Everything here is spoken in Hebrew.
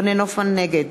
נגד